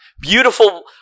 Beautiful